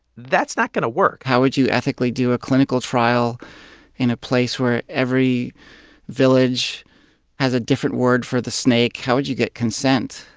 that's not going to work how would you ethically do a clinical trial in a place where every village has a different word for the snake? how would you get consent?